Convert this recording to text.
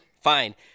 Fine